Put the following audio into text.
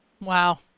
Wow